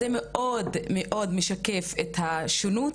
זה מאוד מאוד משקף את השונות